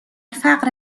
فقر